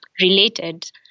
related